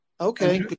Okay